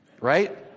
right